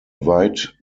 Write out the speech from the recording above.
weit